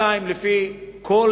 שנית, לפי כל